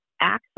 access